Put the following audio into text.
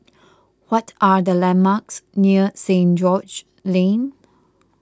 what are the landmarks near Saint George Lane